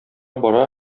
бара